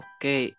Okay